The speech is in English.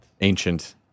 ancient